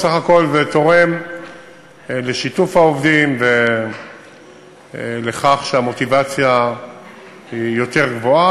בסך הכול זה תורם לשיתוף העובדים ולכך שהמוטיבציה היא יותר גבוהה.